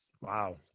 Wow